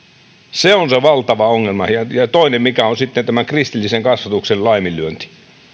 se on se valtava ongelma ja toinen on se mikä on sitten kristillisen kasvatuksen laiminlyönti